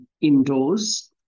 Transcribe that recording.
indoors